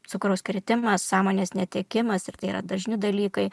cukraus kritimas sąmonės netekimas ir tai yra dažni dalykai